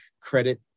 credit